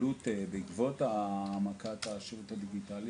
בעקבות העמקת השירות הדיגיטלי,